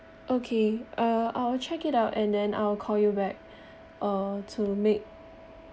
okay uh I'll check it out and then I'll call you back uh to make